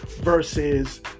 versus